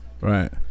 Right